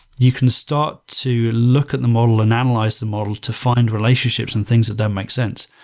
you can start to look at the model and analyze the model to find relationships and things that that make sense.